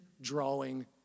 drawing